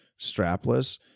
strapless